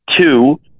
two